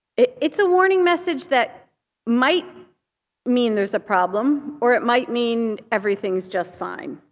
it's a warning message that might mean there's a problem, or it might mean everything is just fine.